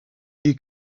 you